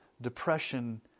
depression